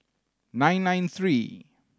nine nine three